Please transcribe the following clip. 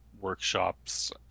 workshops